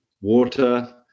water